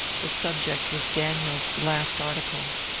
the subject was daniel's last article.